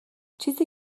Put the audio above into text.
چیزی